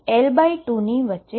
જે L2 થી L2 ની વચ્ચે